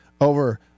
over